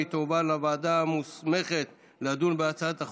והיא תועבר לוועדה המוסמכת לדון בהצעת החוק,